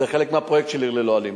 זה חלק מהפרויקט של "עיר ללא אלימות"